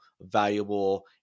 valuable